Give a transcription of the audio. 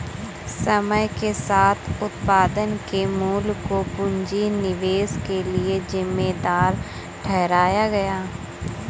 समय के साथ उत्पादन के मूल्य को पूंजी निवेश के लिए जिम्मेदार ठहराया गया